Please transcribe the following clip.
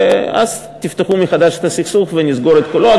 ואז תפתחו מחדש את הסכסוך ונסגור את כולו.